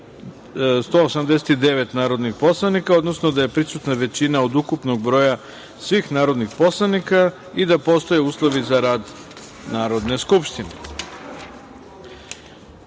189 narodnih poslanika, odnosno da je prisutna većina od ukupnog broja svih narodnih poslanika i da postoje uslovi za rad Narodne skupštine. Da